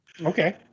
Okay